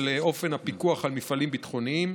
לאופן הפיקוח על מפעלים ביטחוניים,